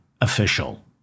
official